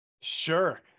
Sure